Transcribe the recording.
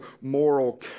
moral